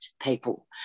people